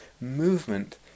movement